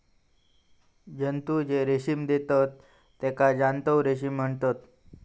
जंतु जे रेशीम देतत तेका जांतव रेशीम म्हणतत